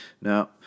Now